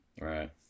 right